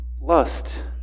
Lust